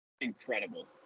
incredible